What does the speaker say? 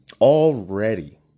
already